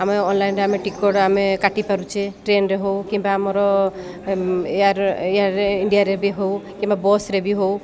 ଆମେ ଅନଲାଇନ୍ରେ ଆମେ ଟିକେଟ୍ ଆମେ କାଟି ପାରୁଛେ ଟ୍ରେନ୍ରେ ହେଉ କିମ୍ବା ଆମର ଏୟାର୍ ଇଣ୍ଡିଆରେ ବି ହେଉ କିମ୍ବା ବସ୍ରେ ବି ହେଉ